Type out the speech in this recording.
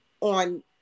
on